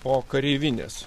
o kareivinės